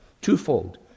Twofold—